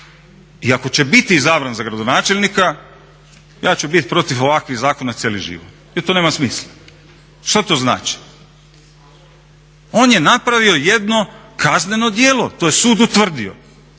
i ako će biti izabran za gradonačelnika ja ću bit protiv ovakvih zakona cijeli život jer to nema smisla. Šta to znači? on je napravio jedno kazneno djelo, to je sud utvrdio.